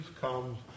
comes